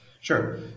Sure